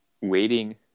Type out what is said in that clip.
waiting